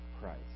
Christ